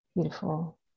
beautiful